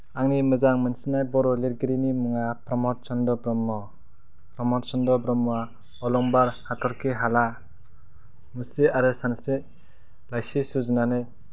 आंनि मोजां मोनसिननाय बर' लिरगिरिनि मुंआ प्रमद चन्द्र ब्रह्म प्रमद चन्द्र ब्रह्मवा अलंबार हाथरखि हाला मुश्रि आरो सानस्रि लाइसि सुजुनानै